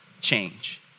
change